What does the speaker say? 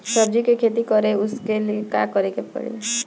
सब्जी की खेती करें उसके लिए का करिके पड़ी?